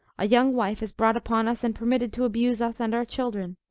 a young wife is brought upon us and permitted to abuse us and our children.